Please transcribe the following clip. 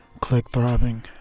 click-throbbing